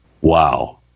Wow